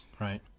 Right